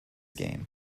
game